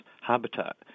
habitat